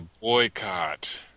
boycott